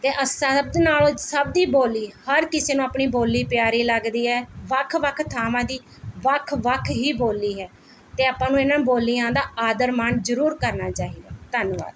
ਅਤੇ ਅਸਾ ਸਭ ਨਾਲ਼ੋਂ ਸਭ ਦੀ ਬੋਲੀ ਹਰ ਕਿਸੇ ਨੂੰ ਆਪਣੀ ਬੋਲੀ ਪਿਆਰੀ ਲੱਗਦੀ ਹੈ ਵੱਖ ਵੱਖ ਥਾਵਾਂ ਦੀ ਵੱਖ ਵੱਖ ਹੀ ਬੋਲੀ ਹੈ ਅਤੇ ਆਪਾਂ ਨੂੰ ਇਹਨਾਂ ਬੋਲੀਆਂ ਦਾ ਆਦਰ ਮਾਣ ਜ਼ਰੂਰ ਕਰਨਾ ਚਾਹੀਦਾ ਹੈ ਧੰਨਵਾਦ